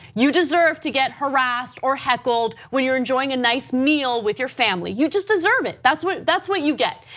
you deserve to get harassed or heckled when you are enjoying a nice meal with your family, you just deserve it. that's what that's what you get.